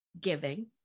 giving